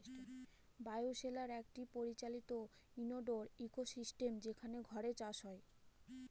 বায় shelter একটি পরিচালিত indoor ecosystem যেখানে ঘরে চাষ হয়